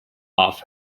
off